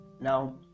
Now